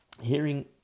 hearing